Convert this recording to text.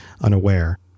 unaware